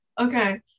Okay